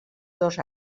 dos